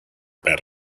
bad